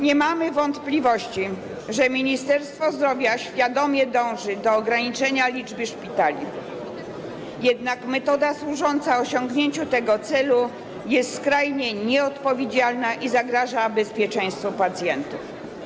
Nie mamy wątpliwości, że Ministerstwo Zdrowia świadomie dąży do ograniczenia liczby szpitali, jednak metoda służąca osiągnięciu tego celu jest skrajnie nieodpowiedzialna i zagraża bezpieczeństwu pacjentów.